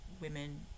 women